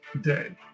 Day